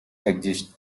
exist